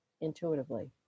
intuitively